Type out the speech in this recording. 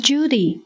Judy